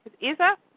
Isa